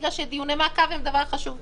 בגלל שדיוני מעקב הם דבר חשוב,